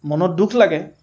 মনত দুখ লাগে